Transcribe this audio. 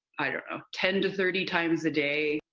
i don't know, ten to thirty times a day.